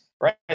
right